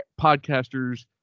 podcasters